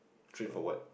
drift or what